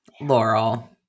Laurel